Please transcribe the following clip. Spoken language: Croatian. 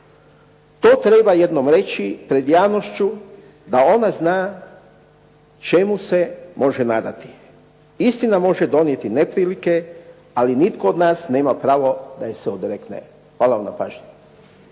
To treba jednom reći pred javnošću da ona zna čemu se može nadati. Istina može donijeti neprilike, ali nitko od nas nema pravo da je se odrekne. Hvala vam na pažnji.